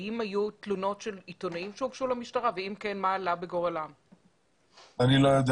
האם היו